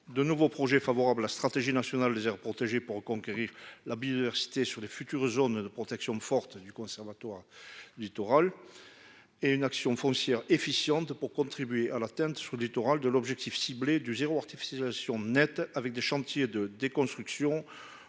de nouveaux projets favorable la stratégie nationale des aires protégées pour reconquérir la biodiversité sur les futures zones de protection forte du Conservatoire Littoral. Et une action foncière efficiente pour contribuer à l'atteinte sous littoral de l'objectif ciblé du zéro artificialisation nette avec des chantiers de déconstruction